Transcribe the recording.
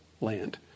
land